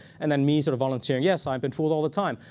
and then me sort of volunteering, yes, i've been fooled all the time.